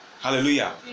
Hallelujah